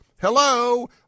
Hello